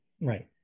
Right